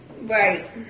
right